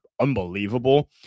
unbelievable